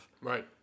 Right